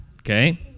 okay